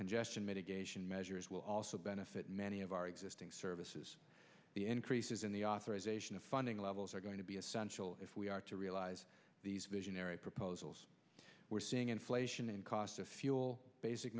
congestion mitigation measures will also benefit many of our existing services the increases in the authorization of funding levels are going to be essential if we are to realize these visionary proposals we're seeing inflation in cost of fuel basic